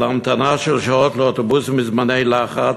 על המתנה של שעות לאוטובוסים בזמני לחץ,